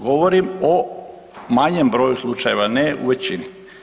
Govorim o manjem broju slučajeva, ne u većini.